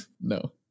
No